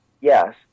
Yes